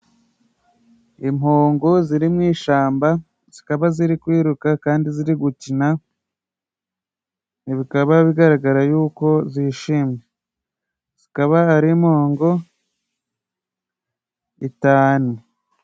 Impongo ziri mu ishamba. Zikaba ziri kwiruka, kandi ziri gukina. Bikaba bigaragara y'uko zishimye. Zikaba ari impongo itanu.